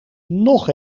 nog